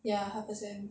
ya half a sem